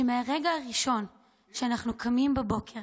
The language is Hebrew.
שמהרגע הראשון שאנחנו קמים בבוקר